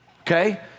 Okay